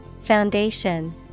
Foundation